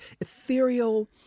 ethereal